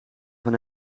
van